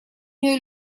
нее